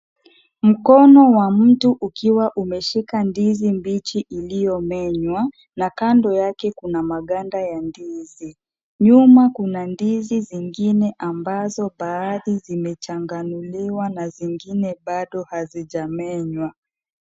Mkono wa mtu ukiwa umeshika ndizi mbichi iliyo menywa, na kando yake kuna maganda ya ndizi. Nyuma kuna ndizi zingine ambazo baadhi zimechangamiliwa na zingine bado hazijamenywa.